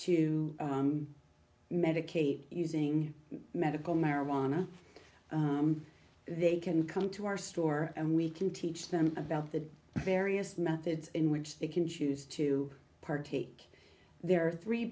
to medicate using medical marijuana they can come to our store and we can teach them about the various methods in which they can choose to partake there are three